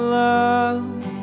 love